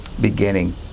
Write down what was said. beginning